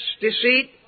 deceit